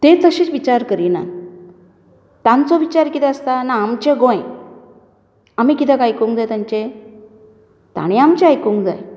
ते तशे विचार करिनात तांचो विचार कितें आसता ना आमचें गोंय आमी कित्याक आयकूंक जाय तांचें ताणें आमचें आयकूंक जाय